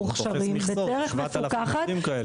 מוכשרים ובריאים בדרך מפוקחת.